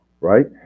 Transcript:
Right